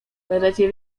możecie